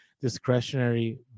discretionary